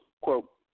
Quote